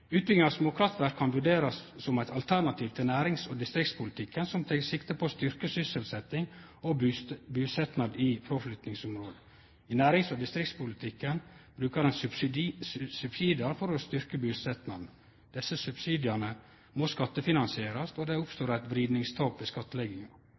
kan vurderast som eit alternativ til nærings- og distriktspolitikken som tek sikte på å styrkje sysselsetjing og busetnad i fråflyttingsområde. I nærings- og distriktspolitikken brukar ein subsidiar for å styrkje busetnaden. Desse subsidiane må skattefinansierast, og det